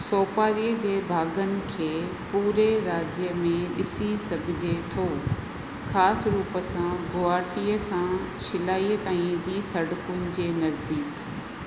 सोपारीअ जे बागन खे पूरे राज्य में डि॒सी सघिजे थो ख़ासि रूप सां गुवाहाटीअ सां शिलाईअ ताईं जी सड़कुनि जे नज़दीकु